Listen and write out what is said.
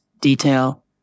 detail